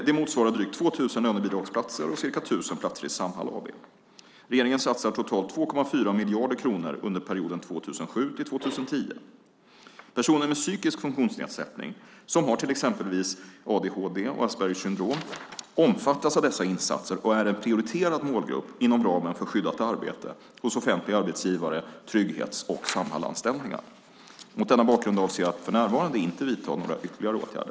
Det motsvarar drygt 2 000 lönebidragsplatser och ca 1 000 platser i Samhall AB. Regeringen satsar totalt 2,4 miljarder kronor under perioden 2007 till 2010. Personer med psykisk funktionsnedsättning, som har exempelvis adhd och Aspergers syndrom, omfattas av dessa insatser och är en prioriterad målgrupp inom ramen för skyddat arbete hos offentliga arbetsgivare, trygghets och Samhallsanställningar. Mot denna bakgrund avser jag för närvarande inte att vidta några ytterligare åtgärder.